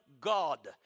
God